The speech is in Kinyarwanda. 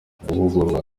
bahugurwa